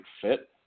fit